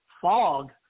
fog